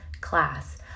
class